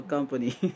Company